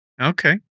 Okay